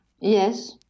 Yes